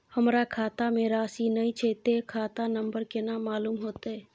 हमरा खाता में राशि ने छै ते खाता नंबर केना मालूम होते?